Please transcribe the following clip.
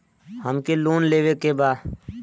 हमके लोन लेवे के बा?